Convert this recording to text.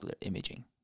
imaging